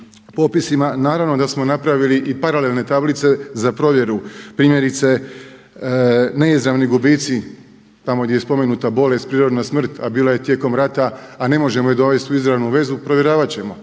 popisima, naravno da smo napravili i paralelne tablice za provjeru primjerice neizravnih gubici tamo gdje je spomenuta bolest, prirodna smrt a bila je tijekom rata a ne možemo je dovesti u izravnu vezu provjeravat ćemo.